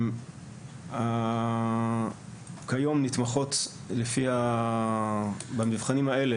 כיום נתמכות במבחנים האלה,